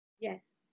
Yes